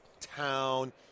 town